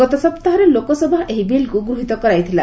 ଗତ ସପ୍ତାହରେ ଲୋକସଭା ଏହି ବିଲ୍କୁ ଗୃହୀତ କରାଇଥିଲା